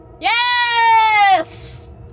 Yes